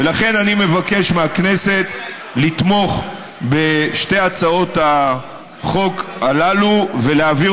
ולכן אני מבקש מהכנסת לתמוך בשתי הצעות החוק הללו ולהעביר